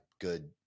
good